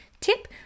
tip